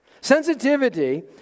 Sensitivity